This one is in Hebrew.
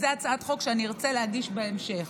זו הצעת חוק שאני ארצה להגיש בהמשך.